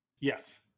Yes